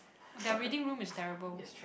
their reading room is terrible